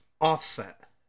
offset